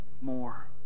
more